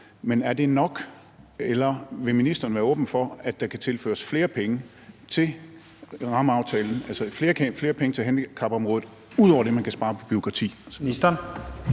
Men er det nok, eller vil ministeren være åben for, at der kan tilføres flere penge til aftalen, altså flere penge til handicapområdet, ud over det, man kan spare på bureaukrati?